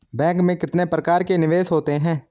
Bank में कितने प्रकार के निवेश होते हैं?